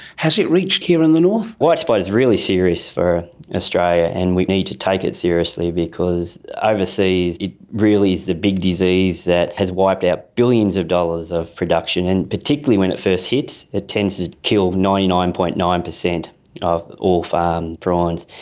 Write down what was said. has it reached here in the north? white spot is really serious for australia and we need to take it seriously because overseas it really is the big disease that has wiped out billions of dollars of production. and particularly when it first hits, it tends to kill ninety nine. and nine percent of all farmed prawns.